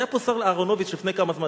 היה פה השר אהרונוביץ לפני כמה זמן,